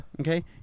Okay